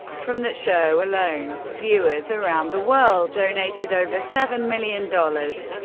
from that show alone, viewers around the world donated over seven million dollars.